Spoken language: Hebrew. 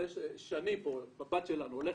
שני נמצאת באמצע,